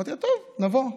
אמרתי: טוב, נבוא.